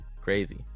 crazy